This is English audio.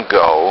go